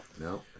no